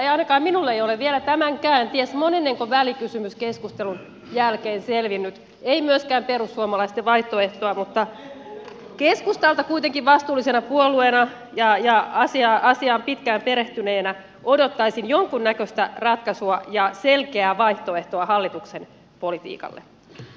ei se ainakaan minulle ole vielä tämänkään ties monennenko välikysymyskeskustelun jälkeen selvinnyt ei myöskään perussuomalaisten vaihtoehto mutta keskustalta kuitenkin vastuullisena puolueena ja asiaan pitkään perehtyneenä odottaisin jonkunnäköistä ratkaisua ja selkeää vaihtoehtoa hallituksen politiikalle